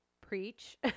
preach